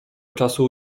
czasu